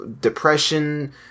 depression